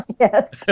Yes